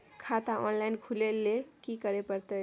खाता ऑनलाइन खुले ल की करे परतै?